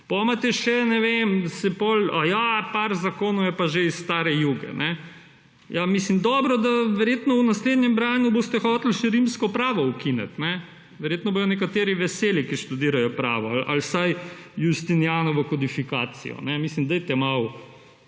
imate še, ne vem … A ja, par zakonov je pa še iz stare Juge. Mislim, verjetno v naslednjem branju boste hoteli še rimsko pravo ukiniti. Verjetno bodo nekateri veseli, ki študirajo pravo ali vsaj Justinijanovo kodifikacijo. Mislim, dajte malo